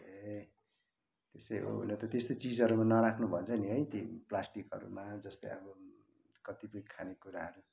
ए त्यस्तै हो हुन त त्यस्तो चिजहरूमा नराख्नु भन्छ नि है ती प्लासटिकहरूमा जस्तै अब कतिपय खानेकुराहरू